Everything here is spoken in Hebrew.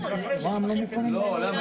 ניר,